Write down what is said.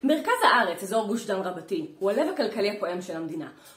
מרכז הארץ, אזור גוש דן רבתי, הוא הלב הכלכלי הפועם של המדינה.